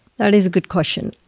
that is a good question.